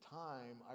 time